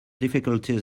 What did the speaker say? difficulties